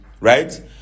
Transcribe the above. right